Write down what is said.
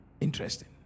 Interesting